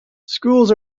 schools